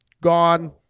Gone